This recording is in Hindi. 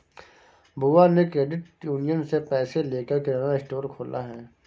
बुआ ने क्रेडिट यूनियन से पैसे लेकर किराना स्टोर खोला है